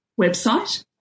website